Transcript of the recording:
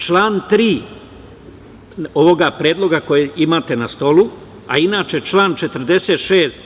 Član 3. ovog predloga koji imate na stolu, a inače član 46.